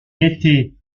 était